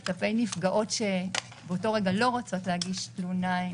כלפי נפגעות שבאותו רגע לא רוצות להגיש תלונה,